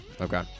Okay